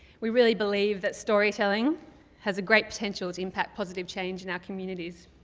we really believe that storytelling has a great potential to impact positive change in our communities.